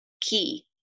key